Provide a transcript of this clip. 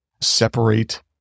separate